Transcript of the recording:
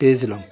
পেয়েছিলাম